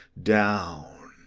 down.